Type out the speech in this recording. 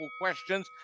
questions